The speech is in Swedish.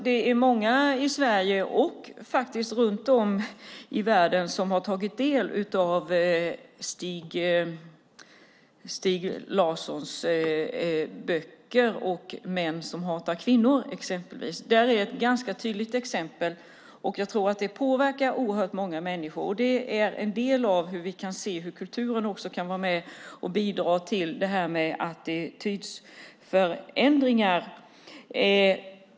Det är många i Sverige och runt om i världen som har tagit del av Stieg Larssons böcker, till exempel Män som hatar kvinnor . Där finns ett tydligt exempel. Jag tror att det påverkar oerhört många människor. Där kan vi se hur kulturen också kan vara med och bidra till attitydförändringar.